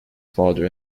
father